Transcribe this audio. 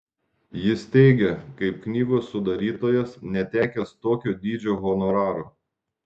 jis teigia kaip knygos sudarytojas netekęs tokio dydžio honoraro